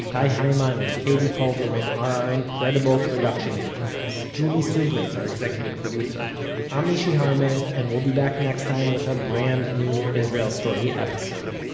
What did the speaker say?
itay hyman and katie pulverman pulverman are our incredible production interns. julie subrin's our executive producer i'm mishy harman, and we'll be back next time with a brand new israel story episode.